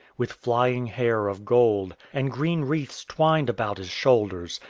with flying hair of gold, and green wreaths twined about his shoulders,